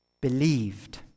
believed